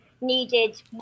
needed